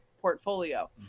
portfolio